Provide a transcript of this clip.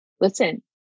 listen